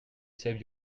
save